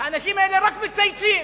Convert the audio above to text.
האנשים האלה רק מצייצים